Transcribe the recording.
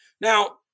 Now